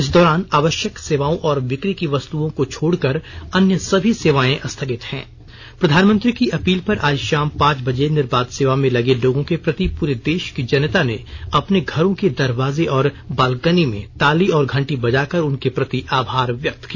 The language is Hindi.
इस दौरान आवश्यक सेवाओं और बिक्री की वस्तुओं को छोड़कर अन्य सभी सेवाएं स्थगित हैं प्रधानमंत्री की अपील पर आज शाम पांच बजे निर्बाध सेवा में लगे लोगों के प्रति पूरे देश की जनता ने अपने घरों के दरवाजे और बाल्कनी में ताली और घंटी बजाकर उनके प्रति आभार व्यक्त किया